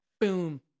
Boom